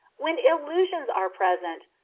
when illusions are present,